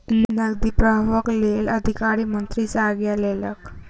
नकदी प्रवाहक लेल अधिकारी मंत्री सॅ आज्ञा लेलक